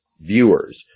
viewers